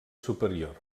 superior